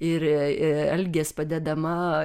ir algės padedama